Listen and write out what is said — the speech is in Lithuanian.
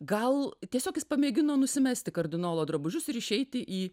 gal tiesiog jis pamėgino nusimesti kardinolo drabužius ir išeiti į